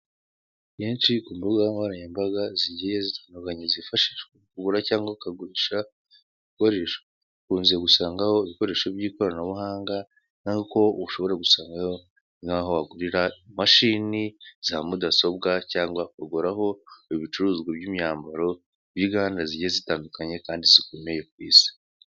Henshi ku mbugankoranyambaga zigiye zitandukanye zifashishwa kugura cyangwa ukagurisha, ukunze gusangaho ibikoresho by'ikoranabuhanga, nk'uko ushobora gusangaho nk'aho wagurirwa imashini za mudasobwa cyangwa kuguraho ibicuruzwa by'imyambaro n'inganda zigiye zitandukanye kandi zikomeye kwisi.